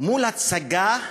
מול הצגה,